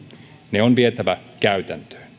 ne on vietävä käytäntöön